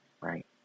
right